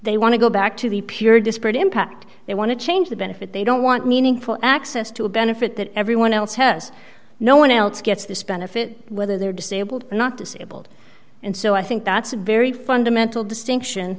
they want to go back to the pure disparate impact they want to change the benefit they don't want meaningful access to a benefit that everyone else has no one else gets this benefit whether they're disabled or not disabled and so i think that's a very fundamental distinction